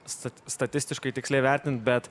stat statistiškai tiksliai vertint bet